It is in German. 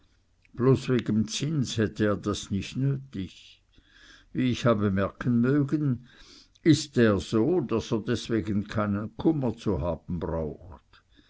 bloß wegem zins hätte er das nicht nötig wie ich habe merken mögen ist der so daß er deswegen keinen kummer zu haben braucht